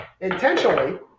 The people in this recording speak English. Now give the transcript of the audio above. intentionally